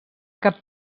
cap